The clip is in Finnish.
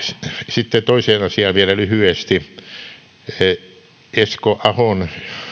sitten toiseen asiaan vielä lyhyesti esko ahon